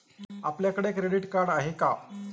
आपल्याकडे credit card आहे का?